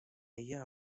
ella